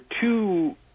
two